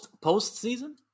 Post-season